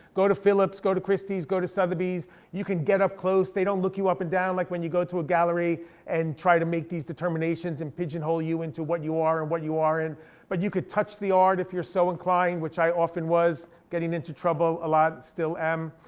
go to phillips, go to christie's, go to sotheby's. you can get up close. they don't look you up and down like when you go to a gallery and try to make these determinations, and pigeonhole you into what you are and what you aren't. but you could touch the art if you're so inclined, which i often was, getting into trouble a lot, still am.